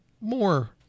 more